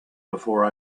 before